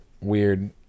weird